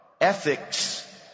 ethics